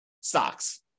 stocks